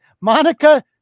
Monica